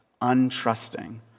untrusting